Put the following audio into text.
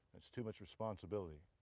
it's too much responsibility.